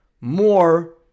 more